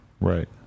Right